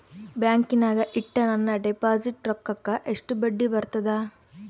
ಬ್ಯಾಂಕಿನಾಗ ಇಟ್ಟ ನನ್ನ ಡಿಪಾಸಿಟ್ ರೊಕ್ಕಕ್ಕ ಎಷ್ಟು ಬಡ್ಡಿ ಬರ್ತದ?